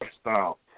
style